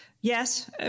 Yes